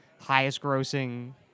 highest-grossing